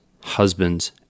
husbands